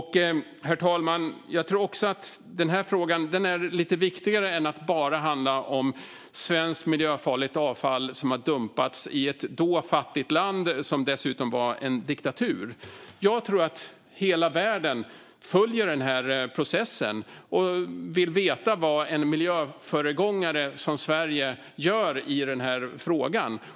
Herr talman! Jag tror även att den här frågan är lite viktigare än att bara handla om svenskt miljöfarligt avfall som dumpats i ett då fattigt land som dessutom var en diktatur. Jag tror att hela världen följer den här processen och vill veta vad en miljöföregångare som Sverige gör i frågan.